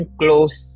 close